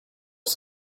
was